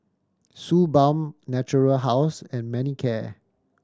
Suu Balm Natura House and Manicare